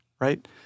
right